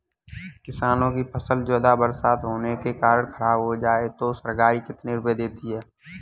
किसानों की फसल ज्यादा बरसात होने के कारण खराब हो जाए तो सरकार कितने रुपये देती है?